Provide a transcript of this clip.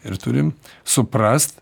ir turim suprast